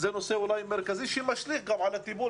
זה אולי נושא מרכזי שמשליך גם על הטיפול